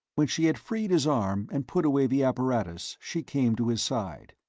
when she had freed his arm and put away the apparatus, she came to his side.